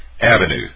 Avenue